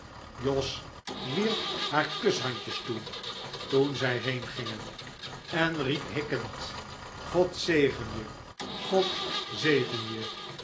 jos wierp haar kushandjes toe toen zij heengingen en riep hikkend god zegen je god zegen je